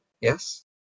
yes